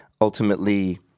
ultimately